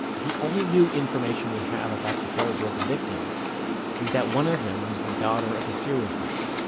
the only new information we have about the bear brook victims is that one of them was the daughter of a serial killer.